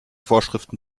vorschriften